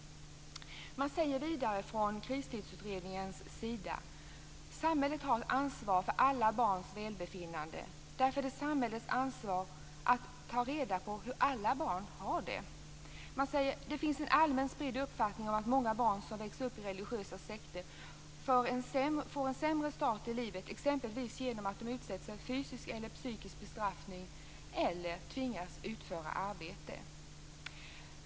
Man säger vidare från Krisstödsutredningens sida att samhället har ett ansvar för alla barns välbefinnande. Därför är det samhällets ansvar att ta reda på hur alla barn har det. Man säger att det finns en allmänt spridd uppfattning om att många barn som växer upp i religiösa sekter får en sämre start i livet, exempelvis genom att de utsätts för fysisk eller psykisk bestraffning eller tvingas utföra arbete.